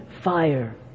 fire